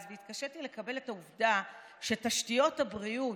והתקשיתי לקבל את העובדה שתשתיות הבריאות,